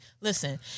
Listen